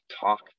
talk